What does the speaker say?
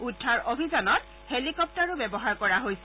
উদ্ধাৰ অভিযানত হেলিকপ্তাৰো ব্যৱহাৰ কৰা হৈছে